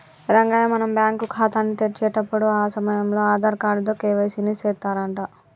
రంగయ్య మనం బ్యాంకు ఖాతాని తెరిచేటప్పుడు ఆ సమయంలో ఆధార్ కార్డు తో కే.వై.సి ని సెత్తారంట